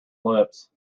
lips